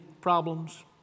problems